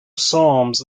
psalms